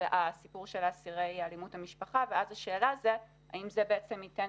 בסיפור של אסירי אלימות במשפחה ואז השאל היא האם זה בעצם ייתן